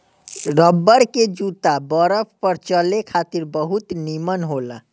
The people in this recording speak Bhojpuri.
रबर के जूता बरफ पर चले खातिर बहुत निमन होला